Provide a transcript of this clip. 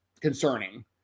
concerning